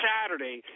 Saturday